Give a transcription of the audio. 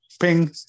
ping